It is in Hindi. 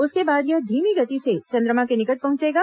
उसके बाद यह धीमी गति से चंद्रमा के निकट पहुंचेगा